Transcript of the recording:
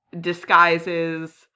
disguises